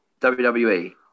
WWE